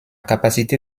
capacité